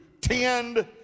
tend